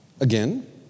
Again